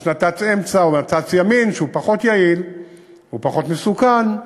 יש נת"צ אמצע או נת"צ ימין שהוא פחות יעיל והוא פחות מסוכן.